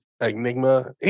Enigma